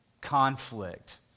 conflict